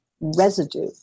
residue